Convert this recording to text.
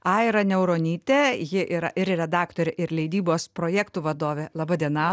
aira niauronytė ji yra ir redaktorė ir leidybos projektų vadovė laba diena